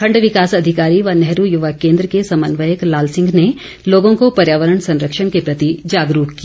खण्ड विकास अधिकारी व नेहरू युवा केन्द्र के समन्वयक लाल सिंह ने लोगों को पर्यावरण संरक्षण के प्रति जागरूक किया